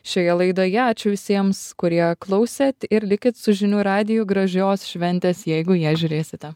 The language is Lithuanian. šioje laidoje ačiū visiems kurie klausėt ir likit su žinių radiju gražios šventės jeigu ją žiūrėsite